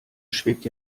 schwebt